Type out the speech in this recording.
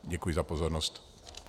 Děkuji za pozornost.